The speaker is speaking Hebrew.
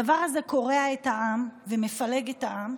הדבר הזה קורע את העם ומפלג את העם,